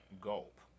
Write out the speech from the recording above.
Gulp